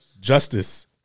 Justice